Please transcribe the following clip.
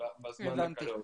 בזמן הקרוב.